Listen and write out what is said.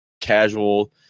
casual